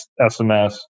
SMS